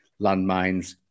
landmines